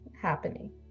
happening